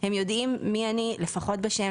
הם יודעים מי אני; לפחות בשם,